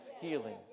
healing